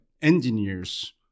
engineers